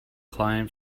client